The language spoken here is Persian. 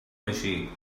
باشی